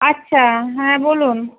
আচ্ছা হ্যাঁ বলুন